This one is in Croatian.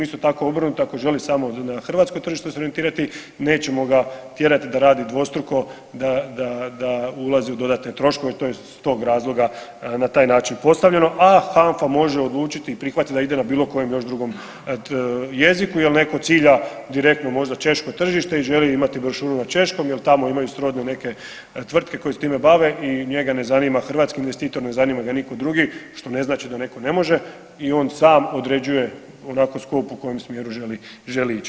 Isto tako obrnuto ako želi samo na hrvatsko tržište se orijentirati nećemo ga tjerati da radi dvostruko da ulazi u dodatne troškove to je iz tog razloga na taj način postavljeno a HANF-a može odlučiti i prihvatiti da ide na bilo kojem još drugom jeziku jer netko cilja direktno možda češko tržište i želi imati brošuru na češkom jer tamo imaju srodne neke tvrtke koje se time bave i njega ne zanima hrvatski investitor ne zanima ga nitko drugo što ne znači da netko ne može i on sam određuje onako sklop u kojem smjeru želi, želi ići.